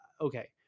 okay